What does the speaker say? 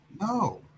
No